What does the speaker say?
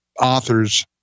author's